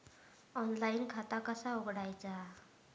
Online खाता कसा उघडायचा?